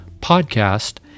podcast